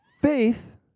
faith